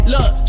Look